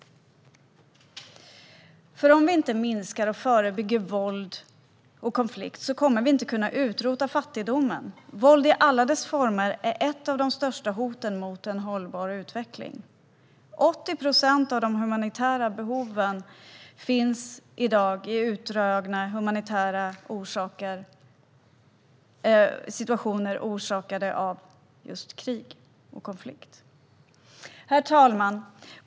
Om vi inte minskar och förebygger våld och konflikt kommer man inte att kunna utrota fattigdomen. Våld i alla dess former är ett av de största hoten mot en hållbar utveckling. Av de humanitära behoven är det 80 procent som i dag finns i utdragna och humanitära situationer orsakade av just krig och konflikt. Herr talman!